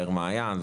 יאיר מעיין,